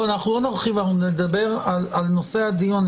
לא, אנחנו לא נרחיב, אנחנו נדבר על נושא הדיון.